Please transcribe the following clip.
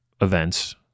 events